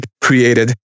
created